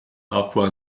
papua